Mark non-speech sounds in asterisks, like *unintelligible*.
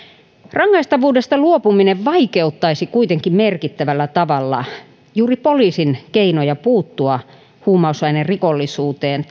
rangaistavuudesta luopuminen vaikeuttaisi kuitenkin merkittävällä tavalla juuri poliisin keinoja puuttua huumausainerikollisuuteen *unintelligible*